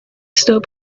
still